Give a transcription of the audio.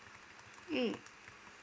mm